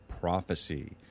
prophecy